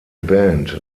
band